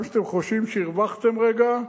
גם כשאתם חושבים שהרווחתם רגע,